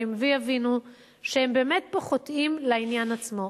ויבינו שהם באמת פה חוטאים לעניין עצמו.